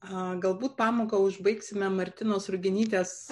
galbūt pamoką užbaigsime martinos ruginytės